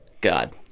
God